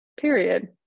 Period